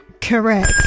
Correct